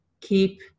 keep